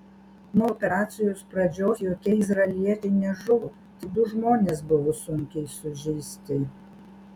nuo operacijos pradžios jokie izraeliečiai nežuvo tik du žmonės buvo sunkiai sužeisti